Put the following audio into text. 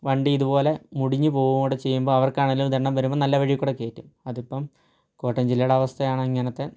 വണ്ടി ഇതുപോലെ മുടിഞ്ഞ് പോകുകകൂടി ചെയ്യുമ്പോൾ അവർക്കാണെങ്കിലും ദണ്ണം വരുമ്പോൾ നല്ല വഴിയിൽ കൂടെ കയറ്റും അത് ഇപ്പം കോട്ടയം ജില്ലയുടെ അവസ്ഥയാണ് ഇങ്ങനത്തെ